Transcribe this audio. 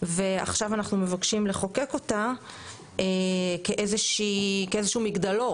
ועכשיו אנחנו מבקשים לחוקק אותה כאיזה שהוא מגדלור